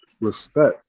respect